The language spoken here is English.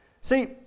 See